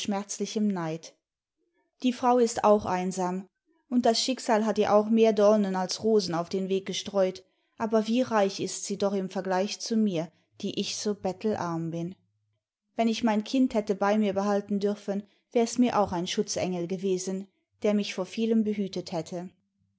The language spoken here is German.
schmerzlichem neid die frau ist auch einsam und das schicksal hat ihr auch mehr dornen als rosen auf den weg gestreut aber wie reich ist sie doch im vergleich zu mir die ich so bettelarm bin wenn ich mein kind hätte bei mir behalten dürfen wär's mir auch ein schutzengel gewesen der mich vor vielem behütet hätte